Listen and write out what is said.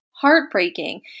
heartbreaking